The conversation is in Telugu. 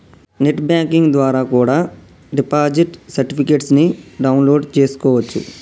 నెట్ బాంకింగ్ ద్వారా కూడా డిపాజిట్ సర్టిఫికెట్స్ ని డౌన్ లోడ్ చేస్కోవచ్చు